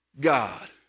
God